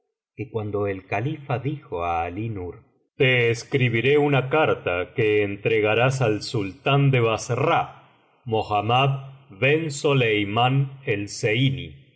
que cuando el califa dijo á alí nur te escribiré una carta que entregarás al sultán de bassra mohammad ben so leimán el zeiní y